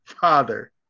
father